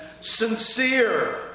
sincere